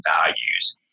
values